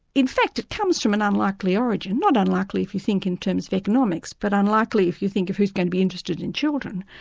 in fact it comes from an unlikely origin. not unlikely if you think in terms of economics, but unlikely if you think of who's going to be interested in children.